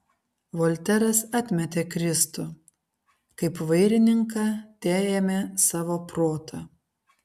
volteras atmetė kristų kaip vairininką teėmė savo protą